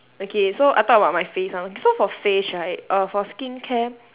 okay so I talk about my face ah so for face right err for skincare